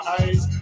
eyes